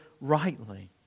rightly